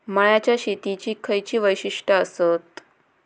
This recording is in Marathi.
मळ्याच्या शेतीची खयची वैशिष्ठ आसत?